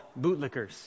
bootlickers